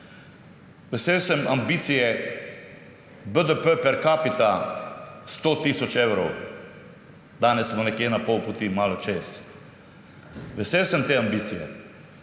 Vesel sem ambicije BDP per capita 100 tisoč evrov. Danes smo nekje na pol poti, malo čez. Vesel sem te ambicije.